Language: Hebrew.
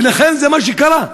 ולכן זה מה שקרה.